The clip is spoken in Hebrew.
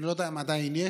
אני לא יודע אם עדיין יש,